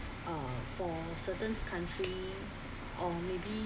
uh for certain countries or maybe